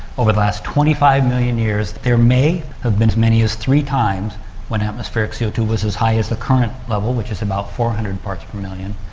over the last twenty five million years there may have been as many as three times when atmospheric c o two was as high as the current level, which is about four hundred parts per million.